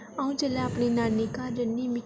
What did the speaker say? अ'ऊं जिल्लै अपनी नानी घार जन्नीं